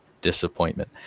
disappointment